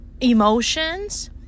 emotions